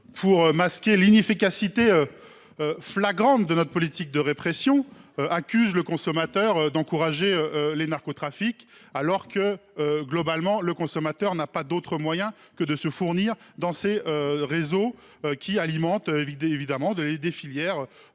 pour masquer l’inefficacité flagrante de notre politique de répression, accuse les consommateurs d’encourager les narcotrafics. Or, globalement, les consommateurs n’ont pas d’autre solution que de se fournir les réseaux qui alimentent les filières